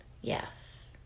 yes